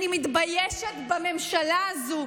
אני מתביישת בממשלה הזו,